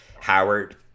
Howard